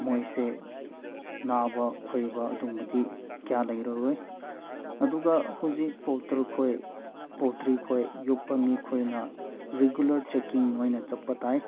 ꯃꯣꯏꯁꯦ ꯅꯥꯕ ꯈꯣꯏꯕ ꯑꯗꯨꯒꯨꯝꯕꯗꯤ ꯀꯌꯥ ꯂꯩꯔꯔꯣꯏ ꯑꯗꯨꯒ ꯍꯧꯖꯤꯛ ꯈꯣꯏ ꯄꯣꯜꯇ꯭ꯔꯤꯈꯣꯏ ꯌꯣꯛꯄ ꯃꯤꯈꯣꯏꯅ ꯔꯤꯒꯨꯂꯔ ꯆꯦꯛꯀꯤꯡ ꯑꯣꯏꯅ ꯆꯠꯄ ꯇꯥꯏ